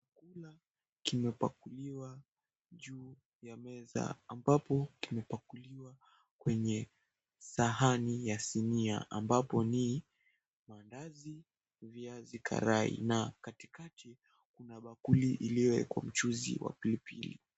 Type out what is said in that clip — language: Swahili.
Chakula kimepakuliwa juu ya meza ambapo kimepakuliwa kwenye sahani ya sinia ambapo ni mandazi, viazi karai na katikati kuna bakuli ilioekwa mchuzi wa pilipili.